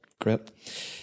great